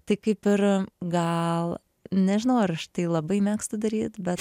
tai kaip ir gal nežinau ar aš tai labai mėgstu daryt bet